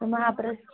महाप्रस